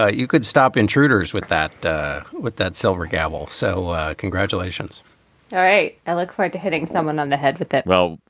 ah you could stop intruders with that with that silver gavel. so congratulations all right. i look forward to hitting someone on the head with that well,